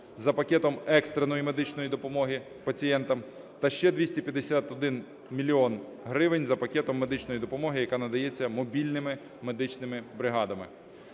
за пакетом екстреної медичної допомоги пацієнтам та ще 251 мільйон гривень за пакетом медичної допомоги, яка надається мобільними медичними бригадами.